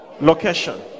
location